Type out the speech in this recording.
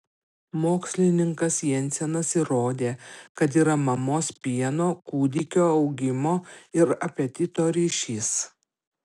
mokslininkas jensenas įrodė kad yra mamos pieno kūdikio augimo ir apetito ryšys